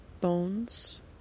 bones